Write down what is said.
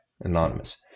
anonymous